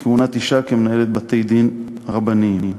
כהונת אישה כמנהלת בתי-דין רבניים,